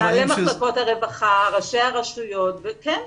מנהלי מחלקות הרווחה, ראשי המועצות כן.